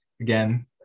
Again